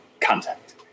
Contact